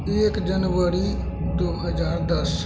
एक जनवरी दू हजार दश